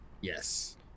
Yes